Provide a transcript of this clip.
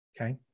Okay